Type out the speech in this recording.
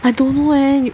I don't know leh